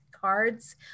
cards